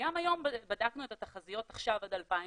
גם היום בדקנו את התחזית עד 2030